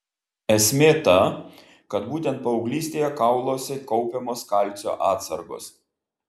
esmė ta kad būtent paauglystėje kauluose kaupiamos kalcio atsargos